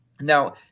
Now